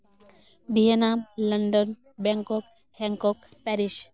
Vietnam London Bangkok hancock Paris